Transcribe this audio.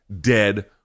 dead